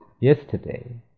yesterday